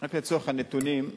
רק לצורך הנתונים,